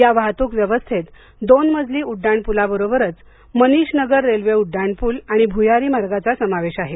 या वाहतूक व्यवस्थेत दोन मजली उड्डाण पुलाबरोबरच मनीष नगर रेल्वे उड्डाणपूल आणि भूयारी मार्गाचा समावेश आहे